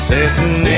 Sitting